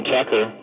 Tucker